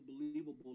unbelievable